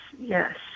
yes